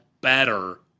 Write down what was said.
better